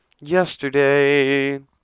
Yesterday